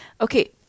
okay